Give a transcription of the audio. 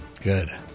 Good